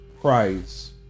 Christ